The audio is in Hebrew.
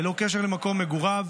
ללא קשר למקום מגוריו,